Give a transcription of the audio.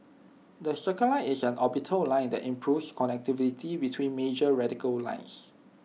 the circle line is an orbital line that improves connectivity between major radial lines